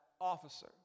officer